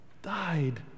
died